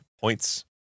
Points